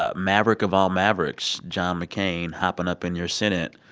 ah maverick of all mavericks, john mccain hopping up in your senate,